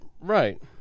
Right